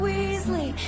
Weasley